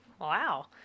Wow